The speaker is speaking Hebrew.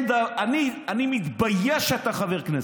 אני מתבייש שאתה חבר כנסת.